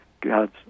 God's